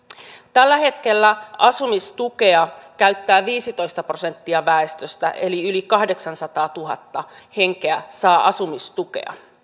tällä hetkellä asumistukea käyttää viisitoista prosenttia väestöstä eli yli kahdeksansataatuhatta henkeä saa asumistukea